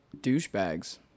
douchebags